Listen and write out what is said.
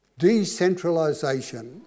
Decentralisation